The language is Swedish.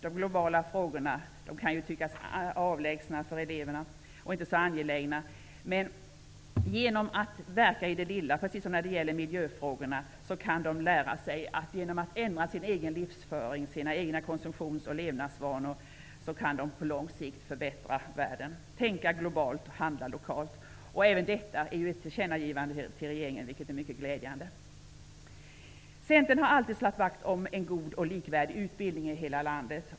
De globala frågorna kan tyckas avlägsna och inte så angelägna, men genom att verka i det lilla -- precis som när det gäller miljöfrågorna -- kan eleverna lära sig att på lång sikt förbättra världen genom att ändra sin egen livsföring, sina egna konsumtionsoch levnadsvanor -- tänka globalt och handla lokalt. Även detta är ett tillkännagivande till regeringen, vilket är mycket glädjande. Centern har alltid slagit vakt om en god och likvärdig utbildning i hela landet.